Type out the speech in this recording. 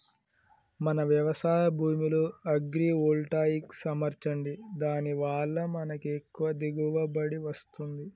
మన వ్యవసాయ భూమిలో అగ్రివోల్టాయిక్స్ అమర్చండి దాని వాళ్ళ మనకి ఎక్కువ దిగువబడి వస్తుంది